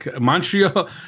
Montreal